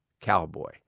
cowboy